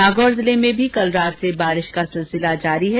नागौर जिले में भी कल रात से बारिश का सिलसिला जारी है